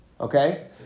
Okay